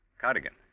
Cardigan